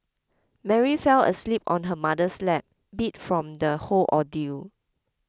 Mary fell asleep on her mother's lap beat from the whole ordeal